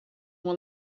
uma